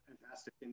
fantastic